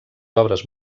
obres